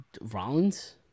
Rollins